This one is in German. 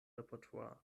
repertoire